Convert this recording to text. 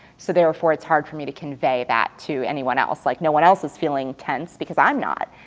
so therefore it's hard for me to convey that to anyone else. like no one else is feeling tense, because i'm not,